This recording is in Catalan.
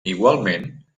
igualment